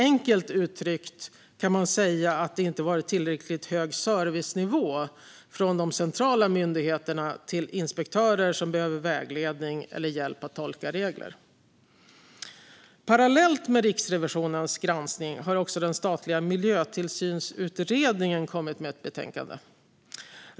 Enkelt uttryckt kan man säga att det inte har varit tillräckligt hög servicenivå från centrala myndigheter till inspektörer som behöver vägledning eller hjälp att tolka regler. Parallellt med Riksrevisionens granskning har också den statliga Miljötillsynsutredningen kommit med ett betänkande.